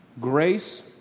grace